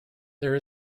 there